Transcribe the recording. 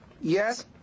Yes